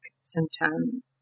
symptom